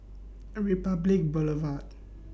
Republic Boulevard